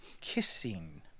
kissing